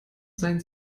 seien